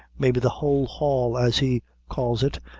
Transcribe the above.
maybe the whole haul, as he calls it,